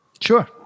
Sure